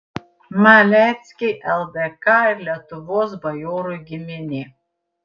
maleckiai ldk ir lietuvos bajorų giminė